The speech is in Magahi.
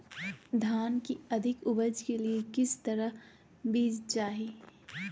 धान की अधिक उपज के लिए किस तरह बीज चाहिए?